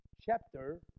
chapter